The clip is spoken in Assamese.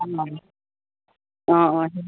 অঁ অঁ অঁ